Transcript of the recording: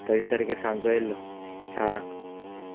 तेईस तारके सांचो येयल्लो चारां